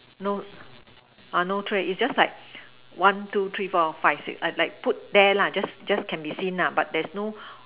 no no tray is just like one two three four five six like put there lah just just can be seen lah but there's no